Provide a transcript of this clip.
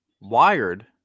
wired